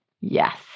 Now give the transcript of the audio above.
Yes